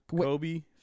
Kobe